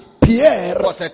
Pierre